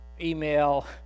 email